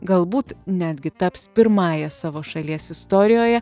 galbūt netgi taps pirmąja savo šalies istorijoje